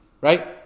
Right